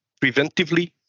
preventively